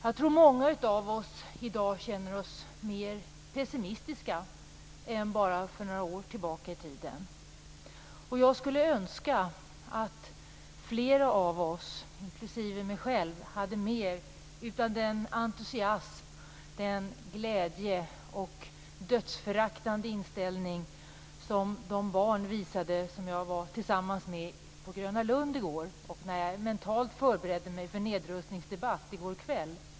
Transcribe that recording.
Jag tror att många av oss i dag känner oss mer pessimistiska än för bara några år sedan. Jag skulle önska att flera av oss, inklusive jag själv, hade mer av den entusiasm, glädje och dödsföraktande inställning som de barn visade som jag var tillsammans med på Gröna Lund när jag mentalt förberedde mig för nedrustningsdebatt i går kväll.